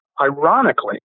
Ironically